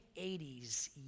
80s